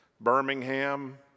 Birmingham